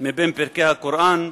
מבין פרקי הקוראן,